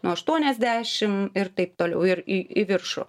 nuo aštuoniasdešim ir taip toliau ir į į viršų